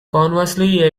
conversely